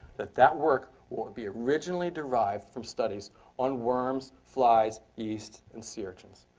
that that work will be originally derived from studies on worms, flies, yeast, and sea urchins.